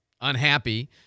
unhappy